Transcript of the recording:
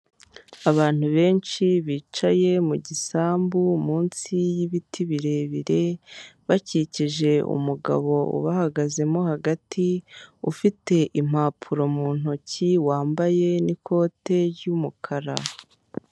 Abantu benshi bicaye mu gisambu munsi y'ibiti birebire bakikije umugabo ubahagazemo hagati ufite impapuro muntoki wambaye n'ikoti ry'umukara.